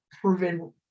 proven